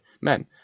men